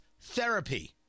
therapy